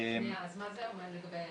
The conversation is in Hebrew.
אז מה זה אומר לגבי